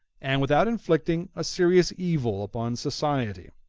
and without inflicting a serious evil upon society.